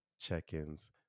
check-ins